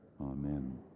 Amen